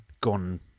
gone